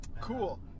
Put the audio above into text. Cool